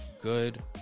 Good